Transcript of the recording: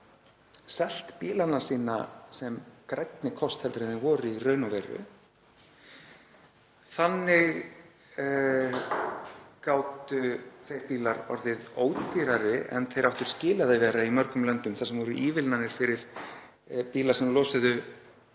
selt bílana sína sem grænni kost en þeir voru í raun og veru. Þannig gátu þeir bílar orðið ódýrari en þeir áttu skilið að vera í mörgum löndum þar sem voru ívilnanir fyrir bíla sem losuðu